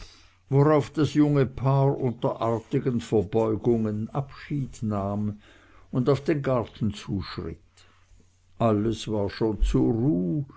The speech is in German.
worauf das junge paar unter artigen verbeugungen abschied nahm und auf den garten zuschritt alles war schon zur ruh